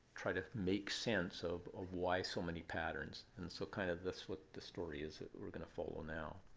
try to make sense of ah why so many patterns. and so kind of that's what the story is that we're going to follow now.